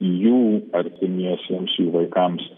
jų artimiesiems jų vaikams